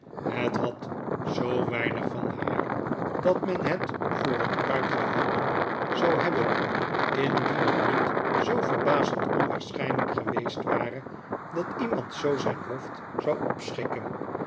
het had zoo weinig van haar dat men het voor een pruik gehouden zou hebben indien het niet zoo verbazend onwaarschijnlyk geweest ware dat iemand zoo zijn hoofd zou opschikken